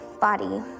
body